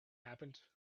happened